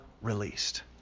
released